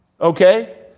okay